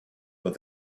but